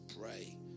pray